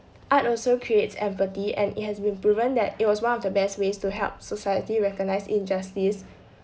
art also creates empathy and it has been proven that it was one of the best ways to help society recognise injustice